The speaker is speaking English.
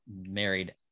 married